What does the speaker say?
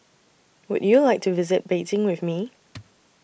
Would YOU like to visit Beijing with Me